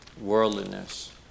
worldliness